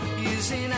using